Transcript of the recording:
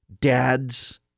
Dads